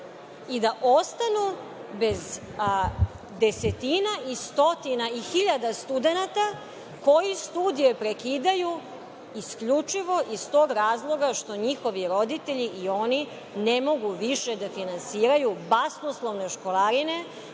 i da ostanu bez desetina, stotina i hiljada studenata koji studije prekidaju isključivo iz tog razloga što njihovi roditelji i oni ne mogu više da finansiraju basnoslovne školarine